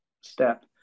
step